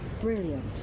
brilliant